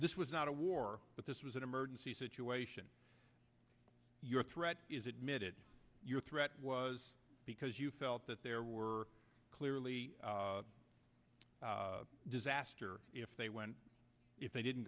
this was not a war but this was an emergency situation your threat is admitted your threat was because you felt that there were clearly a disaster if they went if they didn't